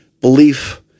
belief